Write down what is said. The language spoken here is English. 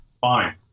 fine